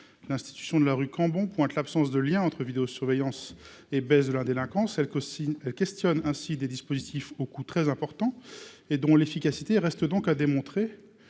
l'institution de la rue Cambon pointent l'absence de lien entre vidéo-surveillance et baisse de la délinquance elle cosigne questionne ainsi des dispositifs au coût très importants et dont l'efficacité reste donc à démontrer